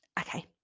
Okay